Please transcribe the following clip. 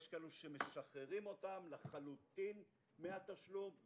יש כאלה שמשחררים אותם לחלוטין מהתשלום,